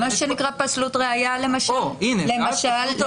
מה שנקרא פסול ראיה, למשל, לדוגמה.